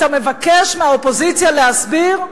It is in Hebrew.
אתה מבקש מהאופוזיציה להסביר?